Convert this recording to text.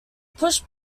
push